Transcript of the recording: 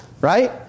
right